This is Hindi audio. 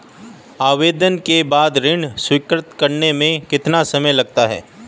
आवेदन के बाद ऋण स्वीकृत करने में कितना समय लगता है?